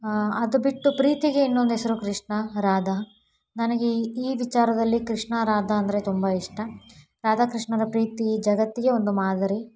ಅದು ಬಿಟ್ಟು ಪ್ರೀತಿಗೆ ಇನ್ನೊಂದು ಹೆಸರು ಕೃಷ್ಣ ರಾಧ ನನಗೆ ಈ ವಿಚಾರದಲ್ಲಿ ಕೃಷ್ಣ ರಾಧಾ ಅಂದರೆ ತುಂಬ ಇಷ್ಟ ರಾಧಾ ಕೃಷ್ಣರ ಪ್ರೀತಿ ಜಗತ್ತಿಗೆ ಒಂದು ಮಾದರಿ